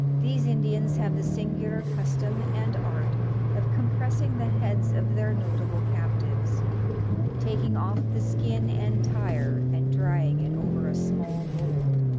these indians have the singular custom and art of compressing the heads of their notable captives taking off the skin entire and drying it over a small mould,